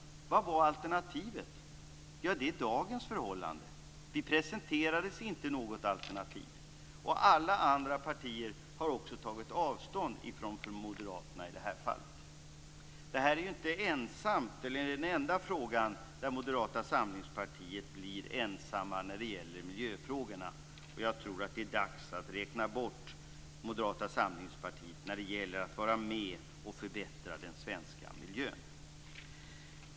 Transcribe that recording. Vad var alternativet? Det är dagens förhållande. Vi presenterades inte något alternativ. Alla andra partier har i det fallet tagit avstånd från moderaterna. Detta är inte den enda miljöfrågan där Moderata samlingspartiet står ensamt. Jag tror att det är dags att räkna bort Moderata samlingspartiet i fråga om att förbättra den svenska miljön.